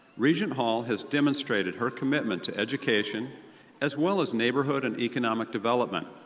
regent hall has demonstrated her commitment to education as well as neighborhood and economic development.